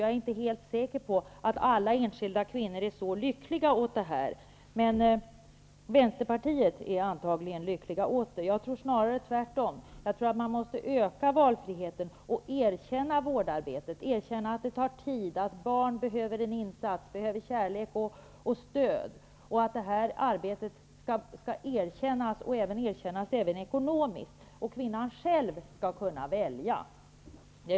Jag är inte helt säker på att alla enskilda kvinnor är så lyckliga över det här, men Vänsterpartiet är antagligen lyckligt över det. Jag tror snarare tvärtom -- jag tror att man måste öka valfriheten och erkänna vårdarbetet, erkänna att det tar tid, att barn behöver en insats, behöver kärlek och stöd. Det arbetet skall erkännas, även ekonomiskt, och kvinnan skall själv kunna välja.